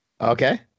Okay